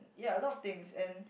ya a lot of things and